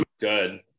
good